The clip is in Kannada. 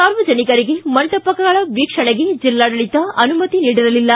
ಸಾರ್ವಜನಿಕರಿಗೆ ಮಂಟಪಗಳ ವೀಕ್ಷಣೆಗೆ ಜಿಲ್ಲಾಡಳಿತ ಅನುಮತಿ ನೀಡಿರಲಿಲ್ಲ